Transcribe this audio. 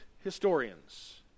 historians